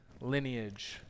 lineage